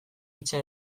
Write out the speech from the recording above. hitsa